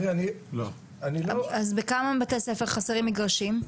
אז בכמה מבתי-הספר חסרים מגרשים?